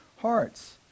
hearts